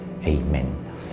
Amen